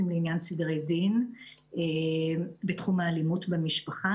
הסוציאליים לעניין סדרי דין בתחום האלימות במשפחה.